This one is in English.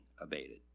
abated